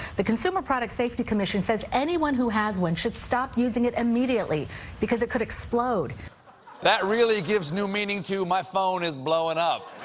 the consumer product safety commission says anyone who has one should stop using it immediately because it could explode. stephen that really gives new meaning to, my phone is blowing up.